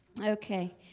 Okay